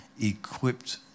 equipped